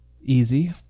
easy